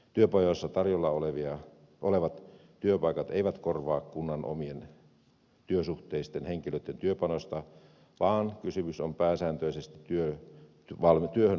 työpajoissa tarjolla olevat työpaikat eivät korvaa kunnan omien työsuhteisten henkilöitten työpanosta vaan kysymys on pääsääntöisesti työhön valmennuksesta